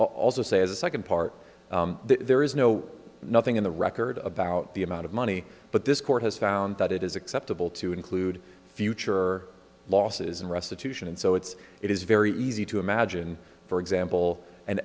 also say as a second part there is no nothing in the record about the amount of money but this court has found that it is acceptable to include future losses and restitution and so it's it is very easy to imagine for example and